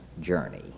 journey